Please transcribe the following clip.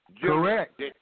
Correct